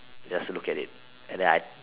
just look at it and then I